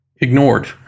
ignored